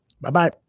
Bye-bye